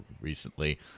recently